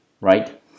Right